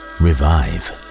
revive